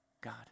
God